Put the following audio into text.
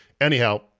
Anyhow